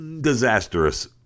disastrous